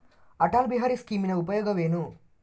ಅಟಲ್ ಬಿಹಾರಿ ಸ್ಕೀಮಿನ ಉಪಯೋಗವೇನು?